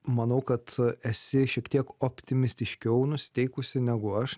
manau kad esi šiek tiek optimistiškiau nusiteikusi negu aš